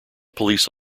police